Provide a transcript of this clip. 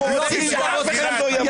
מי שנגד רצח הוא אוטו-אנטישמי.